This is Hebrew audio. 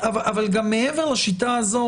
אבל גם מעבר לשיטה הזו,